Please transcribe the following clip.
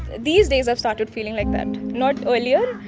these days i've started feeling like that, not earlier.